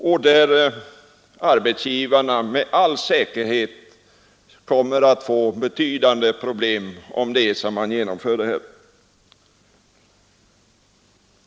Om man genomför 11 december 1973 detta kommer arbetsgivarna med all säkerhet att få betydande problem.